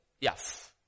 yes